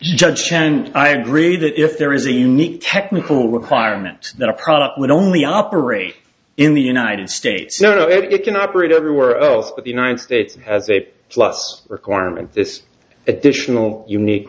judge and i agree that if there is a unique technical requirement that a product would only operate in the united states no it can operate everywhere else but the united states has a plus requirement this additional unique